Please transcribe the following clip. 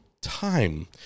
time